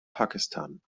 pakistan